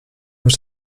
was